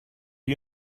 you